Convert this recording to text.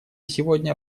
сегодня